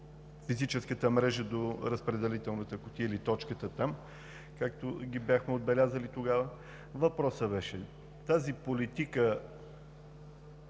физическата мрежа до разпределителната кутия или точката там, както ги бяхме отбелязали тогава. Въпросът беше: тази политика